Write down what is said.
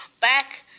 back